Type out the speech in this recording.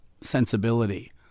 sensibility